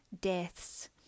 deaths